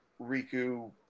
Riku